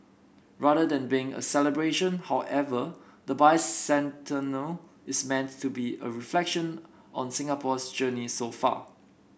rather than being a celebration however the bicentennial is meant to be a reflection on Singapore's journey so far